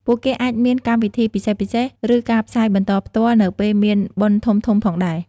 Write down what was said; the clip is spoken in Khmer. ពួកគេអាចមានកម្មវិធីពិសេសៗ ឬការផ្សាយបន្តផ្ទាល់នៅពេលមានបុណ្យធំៗផងដែរ។